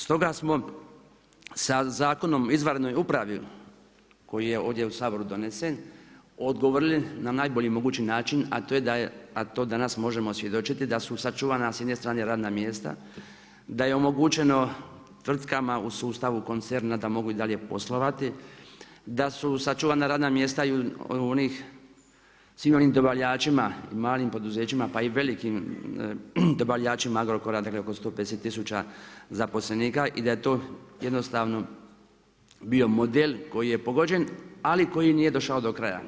Stoga smo, sa Zakonom o izvanrednoj upravi koji je ovdje u Saboru donesen, odgovorili na najbolji mogući način, a to danas možemo svjedočiti, da su sačuvana s jedne strane radna mjesta, da je omogućeno tvrtkama u sustavu koncerna da mogu i dalje poslovati, da su sačuvana radna mjesta i u onih svim, onim dobavljačima i u malim poduzećima, pa i velikim dobavljačima Agrokora dakako su to 50000 zaposlenika, i da je to jednostavno bio model koji je pogođen, ali koji nije došao do kraja.